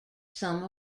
some